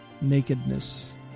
nakedness